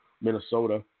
Minnesota